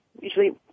usually